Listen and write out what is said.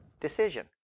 decision